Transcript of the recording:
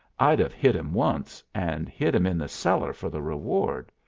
i'd have hit him once, and hid him in the cellar for the reward.